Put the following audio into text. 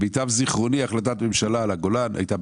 השלמת התחייבויות באותה החלטת ממשלה על הבולענים.